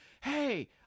Hey